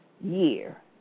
year